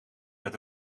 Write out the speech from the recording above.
met